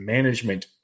Management